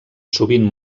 sovint